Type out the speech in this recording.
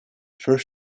first